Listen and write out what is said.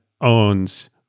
owns